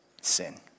sin